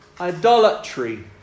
idolatry